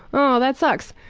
oh, that sucks.